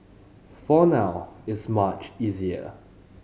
for now it's much easier